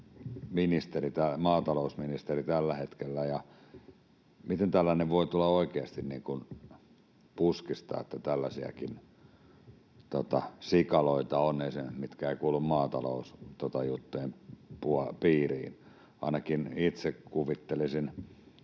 maatalousministeri tällä hetkellä, miten esimerkiksi tällainen voi tulla oikeasti puskista, että tällaisiakin sikaloita on, mitkä eivät kuulu maatalousjuttujen piiriin. Ainakin itse kuvittelisin